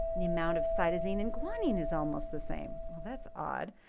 the amount of cytosine and guanine is almost the same. well, that's odd.